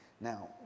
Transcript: Now